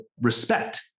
respect